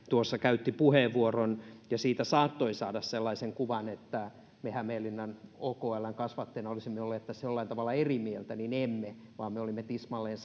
tuossa käytti puheenvuoron siitä saattoi saada sellaisen kuvan että me hämeenlinnan okln kasvatteina olisimme olleet tässä jollain tavalla eri mieltä mutta emme vaan me olemme tismalleen